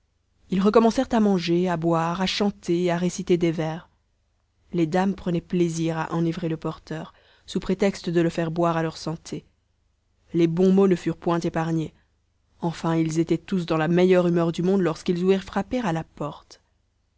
ils recommencèrent à manger à boire à chanter et à réciter des vers les dames prenaient plaisir à enivrer le porteur sous prétexte de le faire boire à leur santé les bons mots ne furent point épargnés enfin ils étaient tous dans la meilleure humeur du monde lorsqu'ils ouïrent frapper à la porte